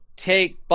Take